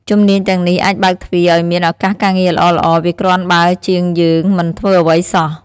ជំនាញទាំងនេះអាចបើកទ្វារឲ្យមានឱកាសការងារល្អៗ វាគ្រាន់បើជាងយើងមិនធ្វើអ្វីសោះ។